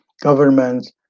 governments